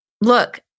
look